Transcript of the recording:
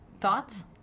Thoughts